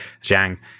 zhang